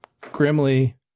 Grimly